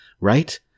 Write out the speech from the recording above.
right